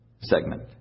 segment